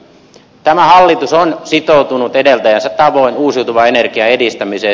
tämä hallitus on sitoutunut edeltäjänsä tavoin uusiutuvan energian edistämiseen